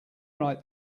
write